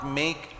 make